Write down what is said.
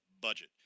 budget